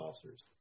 officers